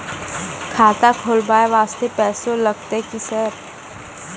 खाता खोलबाय वास्ते पैसो लगते की सर?